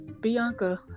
Bianca